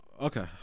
Okay